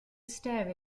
stare